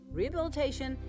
rehabilitation